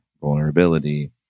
vulnerability